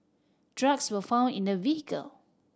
drugs were found in the vehicle